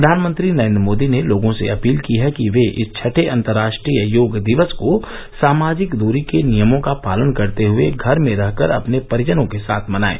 प्रधानमंत्री नरेन्द्र मोदी ने लोगों से अपील की है कि वे इस छठे अंतर्राष्ट्रीय योग दिवस को सामाजिक दूरी के नियमों का पालन करते हए घर में रहकर अपने परिजनों के साथ मनाएं